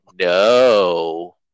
no